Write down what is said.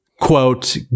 Quote